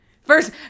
First